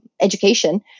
education